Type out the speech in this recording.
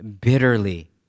bitterly